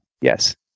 Yes